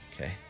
Okay